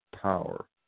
power